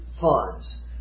funds